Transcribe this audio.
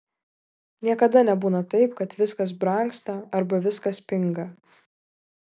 niekada nebūna taip kad viskas brangsta arba viskas pinga